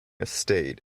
estate